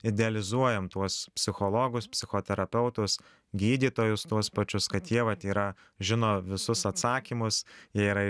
idealizuojam tuos psichologus psichoterapeutus gydytojus tuos pačius kad jie vat yra žino visus atsakymus jie yra